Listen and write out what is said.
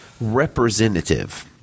representative